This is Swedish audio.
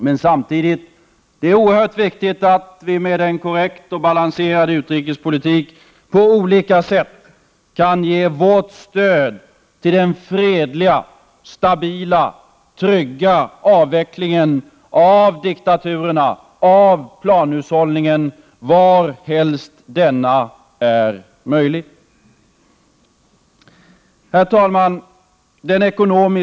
Men samtidigt är det oerhört viktigt att vi med en korrekt och balanserad utrikespolitik på olika sätt kan ge vårt stöd till den fredliga, stabila och trygga avvecklingen av diktaturerna och av planhushållningen varhelst det är möjligt. Herr talman!